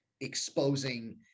exposing